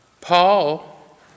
Paul